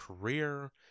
career